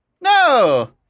No